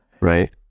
Right